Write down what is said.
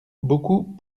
beaucoup